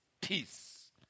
peace